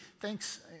thanks